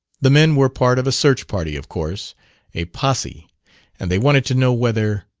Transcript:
the men were part of a search-party, of course a posse and they wanted to know whether.